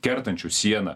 kertančius sieną